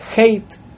hate